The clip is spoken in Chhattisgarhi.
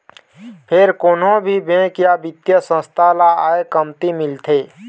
फेर कोनो भी बेंक या बित्तीय संस्था ल आय कमती मिलथे